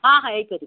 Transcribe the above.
ହଁ ହଁ ହେଇପାରିବ